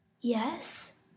Yes